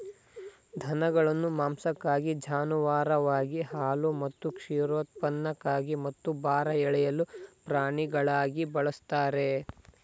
ದನಗಳನ್ನು ಮಾಂಸಕ್ಕಾಗಿ ಜಾನುವಾರುವಾಗಿ ಹಾಲು ಮತ್ತು ಕ್ಷೀರೋತ್ಪನ್ನಕ್ಕಾಗಿ ಮತ್ತು ಭಾರ ಎಳೆಯುವ ಪ್ರಾಣಿಗಳಾಗಿ ಬಳಸ್ತಾರೆ